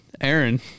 Aaron